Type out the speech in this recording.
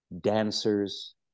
dancers